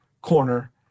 corner